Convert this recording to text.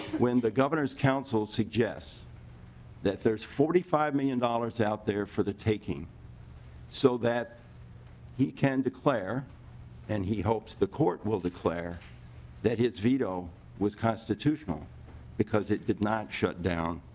when the gov and s council suggests that there is forty five million dollars out there for the taking so that he can declare and he hopes the court will declare that his veto was constitutional because it did not shut down